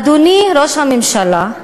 אדוני ראש הממשלה,